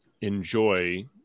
enjoy